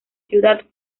ciudad